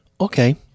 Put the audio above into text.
Okay